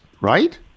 right